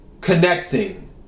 connecting